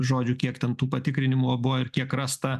žodžiu kiek ten tų patikrinimų buvo ir kiek rasta